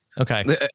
Okay